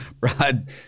Rod